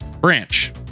Branch